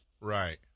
Right